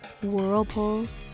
whirlpools